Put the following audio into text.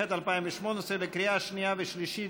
התשע"ח 2018, קריאה שנייה ושלישית.